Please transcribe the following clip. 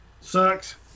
Sucks